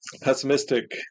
pessimistic